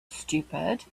stupid